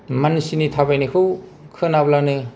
मानसिनि थाबायनायखौ खोनाब्लानो